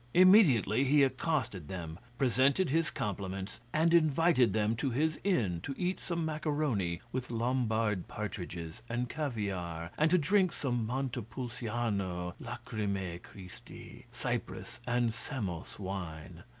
immediately he accosted them, presented his compliments, and invited them to his inn to eat some macaroni, with lombard partridges, and caviare, and to drink some montepulciano, lachrymae christi, cyprus and samos wine.